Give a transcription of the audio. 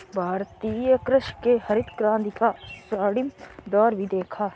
भारतीय कृषि ने हरित क्रांति का स्वर्णिम दौर भी देखा